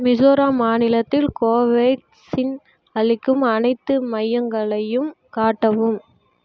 மிசோரம் மாநிலத்தில் கோவேக்ஸின் அளிக்கும் அனைத்து மையங்களையும் காட்டவும்